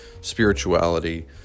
spirituality